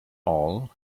all